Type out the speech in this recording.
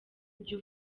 ujya